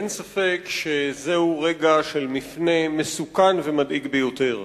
אין ספק שזהו רגע של מפנה מסוכן ומדאיג ביותר.